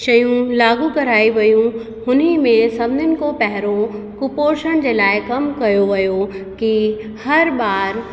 शयूं लागू कराई वयूं हुनी में सभिनीन खो पहरो कुपोषण जे लाइ कम कयो वियो कि हर ॿार